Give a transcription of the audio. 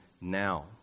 now